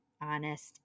honest